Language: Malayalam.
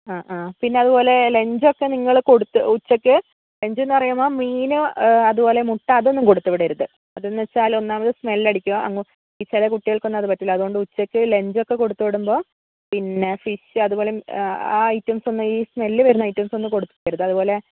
ആ ആ പിന്നെ അതുപോലെ ലഞ്ച് ഒക്കെ നിങ്ങൾ കൊടുത്ത് ഉച്ചയ്ക്ക് ലഞ്ച് എന്ന് പറയുമ്പോൾ മീൻ അതുപോലെ മുട്ട അതൊന്നും കൊടുത്ത് വിടരുത് അതെന്ന് വെച്ചാൽ അത് സ്മെൽ അടിക്കും പിന്നെ ചില കുട്ടികൾക്ക് ഒന്നും അത് പറ്റില്ല അത് ഉച്ചയ്ക്ക് ലഞ്ച് ഒക്കെ കൊടുത്ത് വിടുമ്പോൾ പിന്നെ ഫിഷ് അതുപോലെ ആ ഐറ്റംസ് ഒന്നും ഈ സ്മെൽ വരുന്ന ഐറ്റംസ് ഒന്നും കൊടുത്ത് വിടരുത് അതുപോലെ